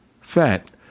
fat